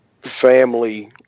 family